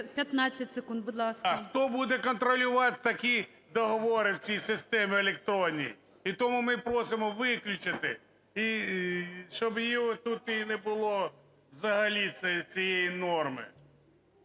15 секунд, будь ласка. НІМЧЕНКО В.І. Хто буде контролювати такі договори в цій системі електронній? І тому ми просимо виключити. І щоб її тут не було взагалі, цієї норми.